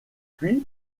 puis